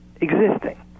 existing